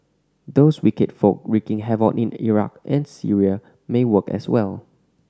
those wicked folk wreaking havoc in Iraq and Syria may work as well